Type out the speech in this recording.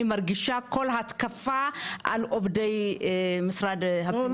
אני מרגישה את כל ההתקפה על עובדי משרד הפנים --- לא,